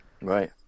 Right